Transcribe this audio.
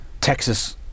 Texas